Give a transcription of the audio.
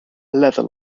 leather